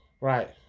Right